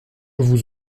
vous